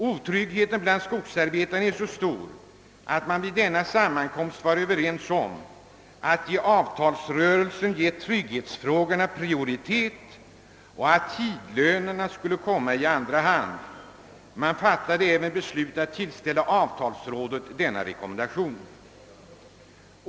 Otryggheten bland skogsarbetarna är så stor, att man vid denna sammankomst var överens om att i avtalsrörelsen ge trygghetsfrågorna prioritet och låta tidlönerna komma i andra hand. Man fattade även beslut om att tillställa avtalsrådet denna rekommendation.